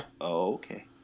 Okay